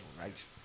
right